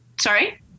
sorry